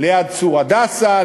ליד צור-הדסה,